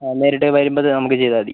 നേരിട്ട് വരുമ്പം തന്നെ നമുക്ക് ചെയ്താൽ മതി